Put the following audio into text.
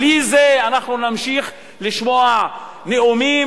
בלי זה אנחנו נמשיך לשמוע נאומים,